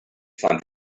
find